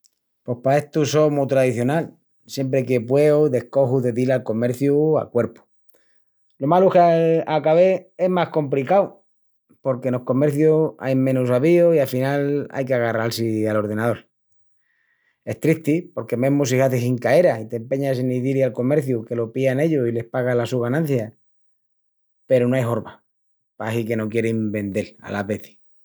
Pos pa estu só mu tradicional. Siempri que pueu descoju de dil al comerciu a cuerpu. Lo malu es que a ca ves es más compricau porque enos comercius ain menus avíus i afinal ai que agarral-si al ordenaol. Es tristi porque mesmu si hazis hincaera i t'empeñas en izí-li al comerciu qu lo pían ellus i les pagas la su ganancia, peru no ai horma, pahi que no quierin vendel alas vezis.